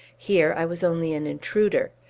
here i was only an intruder.